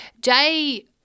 Jay –